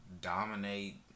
Dominate